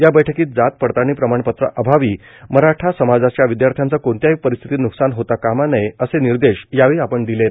या बैठकीत जात पडताळणी प्रमाणपत्रा अभावी मराठा समाजाच्या विधार्थ्याचे कोणत्याही परिस्थिती न्कसान होता कामा नये असे निर्देश दिले आहेत